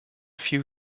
few